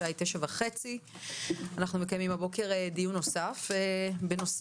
השעה היא 09:30. אנחנו מקיימים הבוקר דיון נוסף בנושא